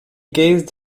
gazed